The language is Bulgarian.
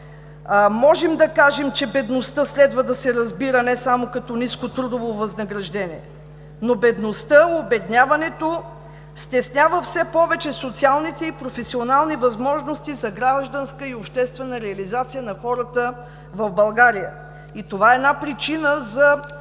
можем да кажем, че бедността следва да се разбира не само като ниско трудово възнаграждение, но бедността, обедняването, стесняват все повече социалните и професионални възможности за гражданска и обществена реализация на хората в България. И това е една причина за